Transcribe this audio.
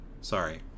sorry